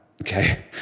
okay